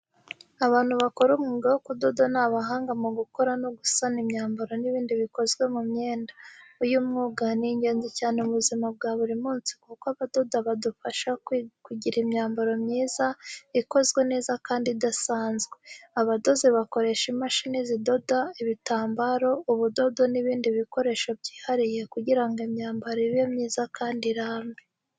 Abantu bakora umwuga wo kudoda ni abahanga mu gukora no gusana imyambaro n'ibindi bikozwe mu mwenda. Uyu mwuga ni ingenzi cyane mu buzima bwa buri munsi kuko abadoda badufasha kugira imyambaro myiza, ikozwe neza kandi idasanzwe. Abadozi bakoresha imashini zidoda, ibitambaro, ubudodo n'ibindi bikoresho byihariye kugira ngo imyambaro ibe myiza kandi irambe.